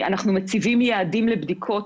אנחנו מציבים יעדים לבדיקות.